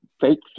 fake